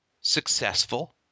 successful